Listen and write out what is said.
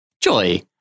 Joy